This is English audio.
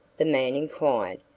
the man inquired.